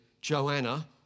Joanna